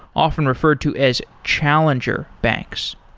often referred to as challenger banks.